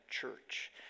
church